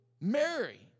Mary